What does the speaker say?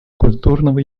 культурного